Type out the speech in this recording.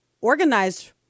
organized